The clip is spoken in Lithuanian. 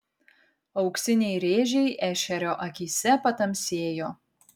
auksiniai rėžiai ešerio akyse patamsėjo